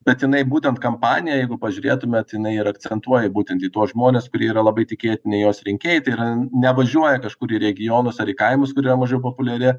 bet jinai būtent kampanijoj jeigu pažiūrėtumėm jinai ir akcentuoja būtent į tuos žmones kurie yra labai tikėtini jos rinkėjai tai yra nevažiuoja kažkur į regionus ar į kaimus kur yra mažiau populiari